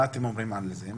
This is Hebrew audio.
מה אתם אומרים על זה?